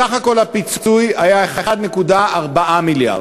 סך כל הפיצוי היה 1.4 מיליארד,